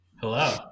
Hello